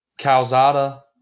Calzada